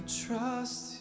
trust